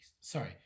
Sorry